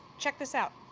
check this out.